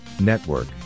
Network